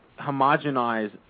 homogenize